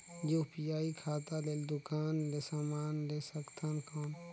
UPI खाता ले दुकान ले समान ले सकथन कौन?